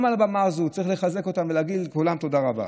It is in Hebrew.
גם על הבמה הזו צריך לחזק אותם ולהגיד לכולם תודה רבה.